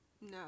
No